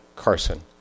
Carson